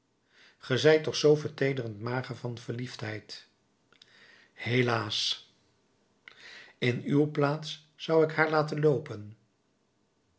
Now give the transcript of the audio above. zijt toch zoo verteederend mager van verliefdheid helaas in uw plaats zou ik haar laten loopen